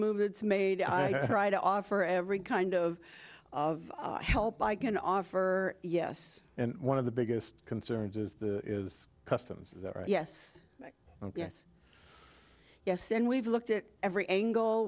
move it's made i try to offer every kind of of help i can offer yes and one of the biggest concerns is the customs yes yes yes and we've looked at every angle